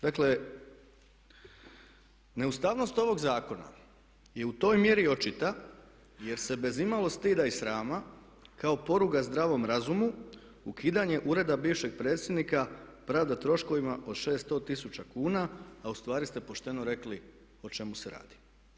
Dakle neustavnost ovog zakona je u toj mjeri očita jer se bez imalo stida i srama kao poruga zdravom razumu ukidanje ureda bivšeg predsjednika pravda troškovima od 600 tisuća kuna a ustvari ste pošteno rekli o čemu se radi.